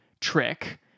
trick